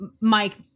Mike